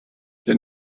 der